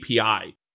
API